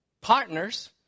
partners